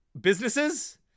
businesses